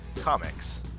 Comics